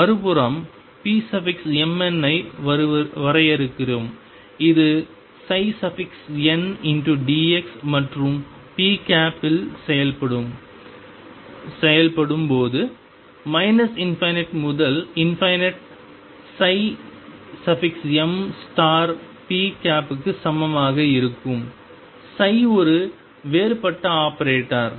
மறுபுறம் pmn ஐ வரையறுக்கிறோம் இது ndx மற்றும் p இல் செயல்படும் போது ∞முதல் ∞ mp க்கு சமமாக இருக்கும் ஒரு வேறுபட்ட ஆபரேட்டர்